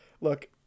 Look